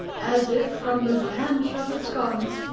as if from the branch of a sconce,